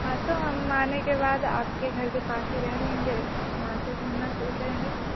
हाँ तो हम आने के बाद आपके घर के पास ही रह लेंगे वहाँ से घूमना शुरू करेंगे